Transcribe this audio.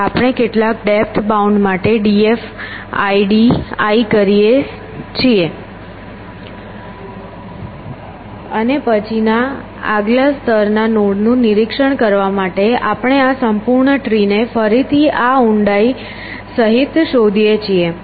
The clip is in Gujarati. આપણે કેટલાક ડેપ્થ બાઉન્ડ માટે d f i d i કરીએ છીએ અને પછીના આગલા સ્તરના નોડ નું નિરીક્ષણ કરવા માટે આપણે આ સંપૂર્ણ ટ્રી ને ફરીથી આ ઊંડાઈ સહિત શોધીએ છીએ